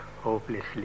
hopelessly